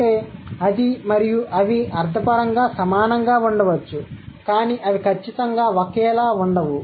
అంటే అది మరియు అవి అర్థపరంగా సమానంగా ఉండవచ్చు కానీ అవి ఖచ్చితంగా ఒకేలా ఉండవు